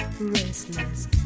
restless